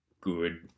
good